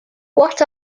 what